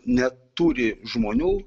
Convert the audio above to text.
neturi žmonių